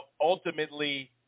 ultimately